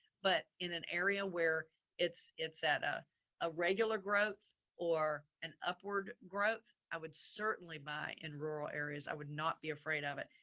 but in an area where it's, it's at a irregular growth or an upward growth, i would certainly buy in rural areas. i would not be afraid of it.